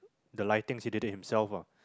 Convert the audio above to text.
the lighting he did it himself what